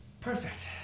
Perfect